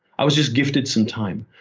i was just gifted some time.